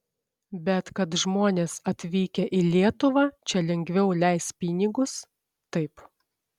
bet kad žmonės atvykę į lietuvą čia lengviau leis pinigus taip